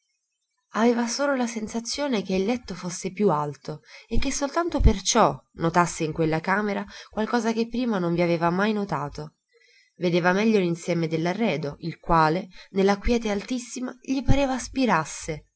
aveva solo la sensazione che il letto fosse più alto e che soltanto per ciò notasse in quella camera qualcosa che prima non vi aveva mai notato vedeva meglio l'insieme dell'arredo il quale nella quiete altissima gli pareva spirasse